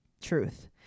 Truth